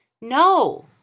No